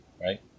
right